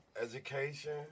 Education